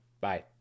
Bye